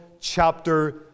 chapter